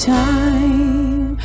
time